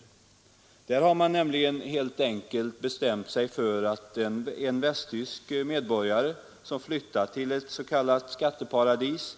I Västtyskland har man nämligen helt enkelt bestämt sig för att en västtysk medborgare, som flyttar till ett s.k. skatteparadis